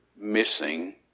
missing